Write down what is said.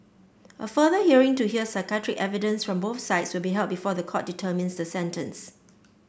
a further hearing to hear psychiatric evidence from both sides will be held before the court determines the sentence